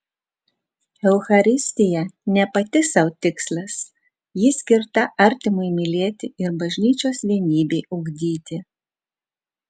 eucharistija ne pati sau tikslas ji skirta artimui mylėti ir bažnyčios vienybei ugdyti